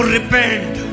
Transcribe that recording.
Repent